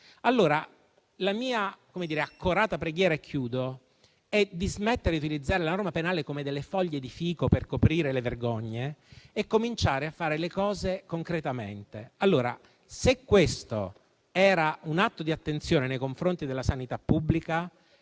Allora, la mia accorata preghiera è di smettere di utilizzare le norme penali come delle foglie di fico per coprire le vergogne e di cominciare a fare le cose concretamente. Se questo era un atto di attenzione nei confronti della sanità pubblica,